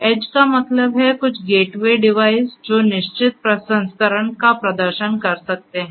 as का मतलब है कुछ गेटवे डिवाइस जो निश्चित प्रसंस्करण का प्रदर्शन कर सकते हैं